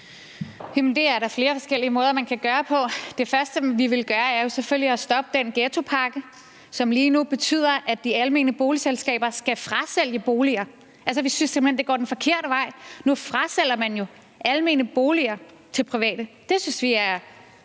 det er der flere forskellige måder man kan gøre på. Det første, vi vil gøre, er jo selvfølgelig at stoppe den ghettopakke, som lige nu betyder, at de almene boligselskaber skal frasælge boliger. Altså, vi synes simpelt hen, det går den forkerte vej. Nu frasælger man jo almene boliger til private. Det synes vi er